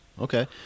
Okay